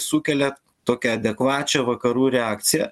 sukelia tokią adekvačią vakarų reakciją